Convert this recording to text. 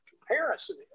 comparison